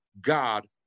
God